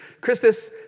Christus